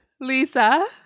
Lisa